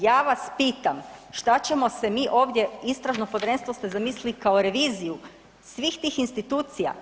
Ja vas pitam šta ćemo se mi ovdje istražno povjerenstvo ste zamislili kao reviziju svih tih institucija?